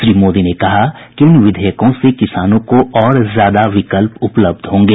श्री मोदी ने कहा कि इन विधेयकों से किसानों को और ज्यादा विकल्प उपलब्ध होंगे